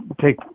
take